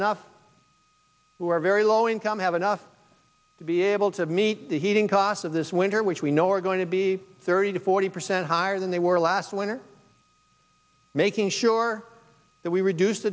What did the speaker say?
enough who are very low income have enough to be able to meet the heating costs of this winter which we know are going to be thirty forty percent higher than they were last winter making sure that we reduce